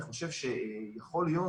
אני חושב שיכול להיות